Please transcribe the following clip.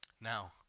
Now